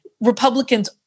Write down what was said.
Republicans